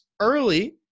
early